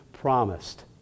promised